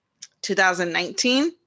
2019